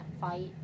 fight